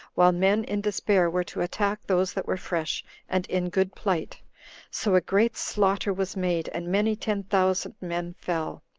while men in despair were to attack those that were fresh and in good plight so a great slaughter was made, and many ten thousand men fell.